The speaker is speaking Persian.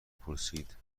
پرسید